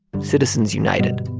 citizens united